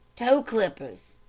toe-clippers,